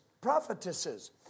prophetesses